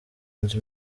nzu